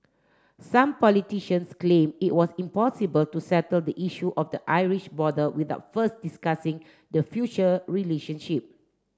some politicians complained it was impossible to settle the issue of the Irish border without first discussing the future relationship